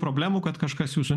problemų kad kažkas jūsų